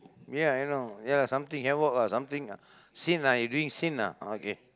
ya I know ya something havoc lah something sin ah you're doing sin lah okay